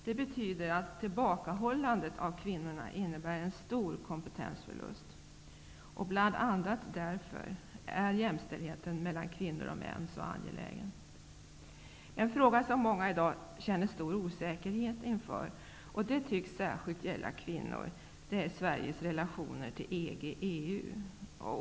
Det betyder att tillbakahållandet av kvinnorna innebär en stor kompetensförlust. Bl.a. därför är jämställdheten mellan kvinnor och män så angelägen. En fråga som många i dag känner stor osäkerhet inför -- det tycks särskilt gälla kvinnor -- är Sveriges relationer till EG/EU.